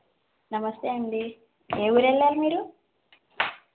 నమస్తే అండి ఏ ఊరు వెళ్ళాలి మీరు